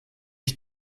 ich